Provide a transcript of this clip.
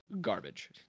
garbage